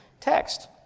Text